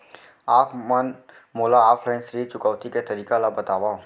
आप मन मोला ऑफलाइन ऋण चुकौती के तरीका ल बतावव?